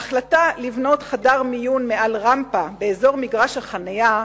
ההחלטה לבנות חדר מיון מעל רמפה באזור מגרש החנייה,